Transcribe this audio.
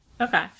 okay